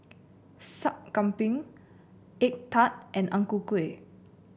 Sup Kambing egg tart and Ang Ku Kueh